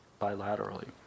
bilaterally